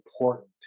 important